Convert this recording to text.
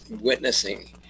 witnessing